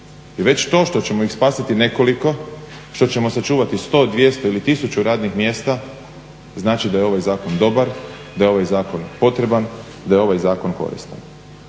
I već to što ćemo ih spasiti nekoliko, što ćemo sačuvati 100, 200 ili 1000 radnih mjesta znači da je ovaj zakon dobar, da je ovaj zakon potreban, da je ovaj zakon koristan.